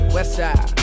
Westside